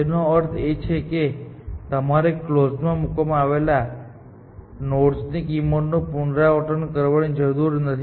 તેનો અર્થ એ છે કે તમારે કલોઝ માં મૂકવામાં આવેલા નોડ્સની કિંમતનું પુનરાવર્તન કરવાની જરૂર નથી